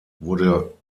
wurde